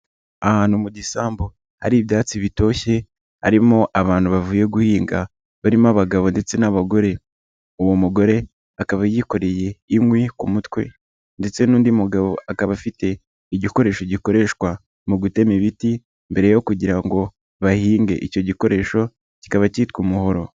Ahantu mu gisambu hari ibyatsi bitoshye, harimo abantu bavuye guhinga barimo abagabo ndetse n'abagore. Uwo mugore akaba yikoreye inkwi ku mutwe, ndetse n'undi mugabo akaba afite igikoresho gikoreshwa mu gutema ibiti, mbere yo kugira ngo bahinge icyo gikoresho kikaba kitwa umuhoro.